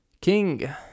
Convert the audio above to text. king